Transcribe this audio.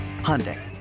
Hyundai